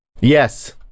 yes